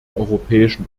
europäischen